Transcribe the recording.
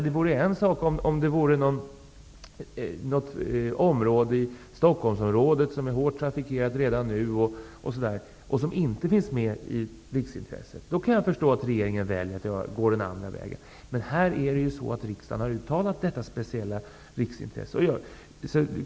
Det vore ju en annan sak om det handlade om ett område i Stockholmstrakten som redan är hårt trafikerat och som inte är upptaget som ett riksintresse. I det senare fallet kan jag förstå regeringens val. Men här har riksdagen uttalat att det är fråga om ett speciellt riksintresse.